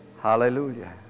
Hallelujah